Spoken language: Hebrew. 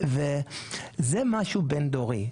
וזה משהו בין דורי.